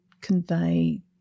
convey